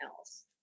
else